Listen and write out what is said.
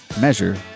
measure